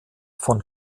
von